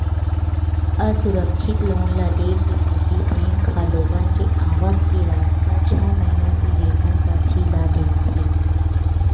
असुरक्छित लोन ल देय के पहिली बेंक ह लोगन के आवक के रस्ता, छै महिना के वेतन परची ल देखथे